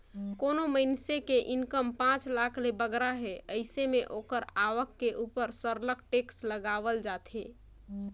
कोनो मइनसे के इनकम पांच लाख ले बगरा हे अइसे में ओकर आवक के उपर सरलग टेक्स लगावल जाथे